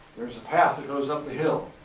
there's a path that goes up the hill.